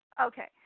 Okay